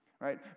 right